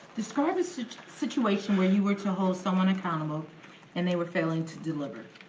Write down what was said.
describe a situation where you were to hold someone accountable and they were failing to deliver.